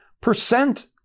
percent